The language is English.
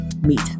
meet